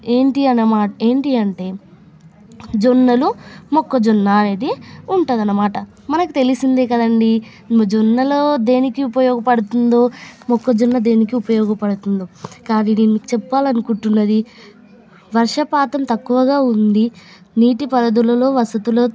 ఏంటి అన్నమాట ఏంటి అంటే జొన్నలు మొక్కజొన్న అనేది ఉంటుంది అన్నమాట మనకు తెలిసింది కదండి జొన్నలు దేనికి ఉపయోగపడుతుందో మొక్కజొన్న దేనికి ఉపయోగపడుతుందో కానీ నేనుచెప్పాలని అనుకుంటున్నది వర్షపాతం తక్కువగా ఉంది నీటి పరి దులలో వసతులు